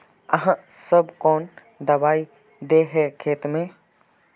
आहाँ सब कौन दबाइ दे है खेत में?